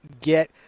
get